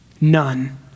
None